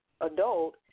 adult